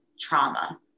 trauma